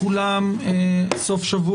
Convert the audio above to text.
בדצמבר וכך צריך לפרסם את זה ברשומות.